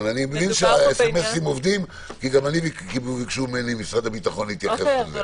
גם ממני ביקשו משרד הביטחון להתייחס.